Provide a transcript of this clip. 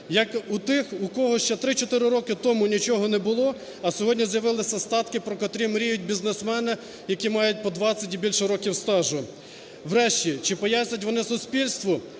як у тих, у кого ще 3-4 роки тому нічого не було, а сьогодні з'явилися статки, про котрі мріють бізнесмени, які мають по 20 і більше років стажу? Врешті, чи пояснять вони суспільству,